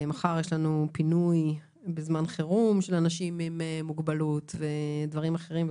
מחר יש לנו פינוי בזמן חירום של אנשים עם מוגבלות ודברים אחרים,